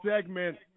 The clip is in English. segment